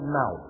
now